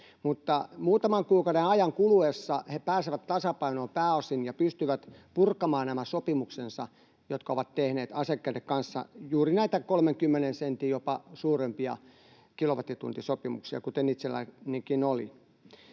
Mutta muutaman kuukauden ajan kuluessa he pääsevät tasapainoon pääosin ja pystyvät purkamaan nämä sopimuksensa, jotka he ovat tehneet asiakkaiden kanssa — juuri näitä 30 sentin tai jopa suurempia kilowattituntisopimuksia, kuten itsellänikin oli.